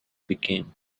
became